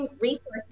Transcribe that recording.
resources